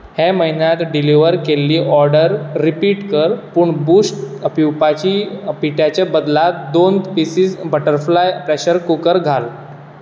हे म्हयन्यांत डिलिव्हर केल्ली ऑर्डर रिपीट कर पूण बूस्ट पिवपाची पिठ्याचे बदला दोन पीसीस बटरफ्लाय प्रेशर कुकर घाल